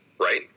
Right